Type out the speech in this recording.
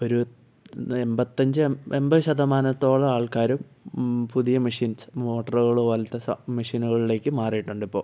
ഒരു എമ്പത്തഞ്ച് എമ്പത് ശതമാനത്തോളം ആൾക്കാരുംപുതിയ മെഷീൻസ് മോട്ടോറുകൾ പോലത്തെ അ മെഷീനുകളിലേക്ക് മാറിയിട്ടുണ്ട് ഇപ്പോൾ